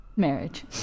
marriage